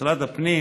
משרד הפנים